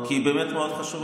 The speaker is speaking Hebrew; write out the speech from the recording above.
כי היא באמת מאוד חשובה,